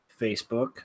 Facebook